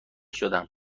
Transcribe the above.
شدم